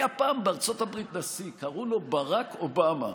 היה פעם בארצות הברית נשיא, קראו לו ברק אובמה.